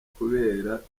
kuberako